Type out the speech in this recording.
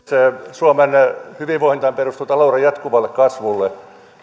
suomen hyvinvointihan perustuu talouden jatkuvalle kasvulle